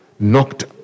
Knocked